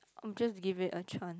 I'm just give it a chance